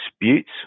disputes